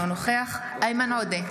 אינו נוכח איימן עודה,